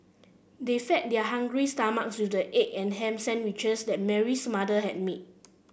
they fed their hungry stomachs with the egg and ham sandwiches that Mary's mother had made